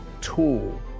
tool